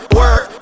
work